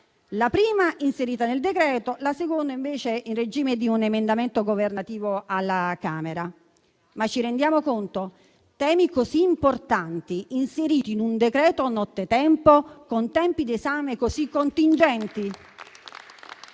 la prima inserita nel decreto, la seconda invece con un emendamento governativo alla Camera. Ma ci rendiamo conto? Temi così importanti inseriti in un decreto nottetempo, con tempi di esame così contingentati?